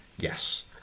Yes